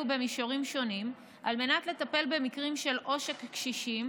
במישורים שונים על מנת לטפל במקרים של עושק קשישים,